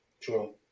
True